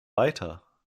weiter